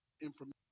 information